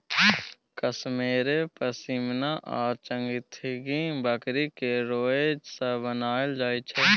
कश्मेरे पश्मिना आ चंगथंगी बकरी केर रोइयाँ सँ बनाएल जाइ छै